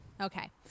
Okay